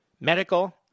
medical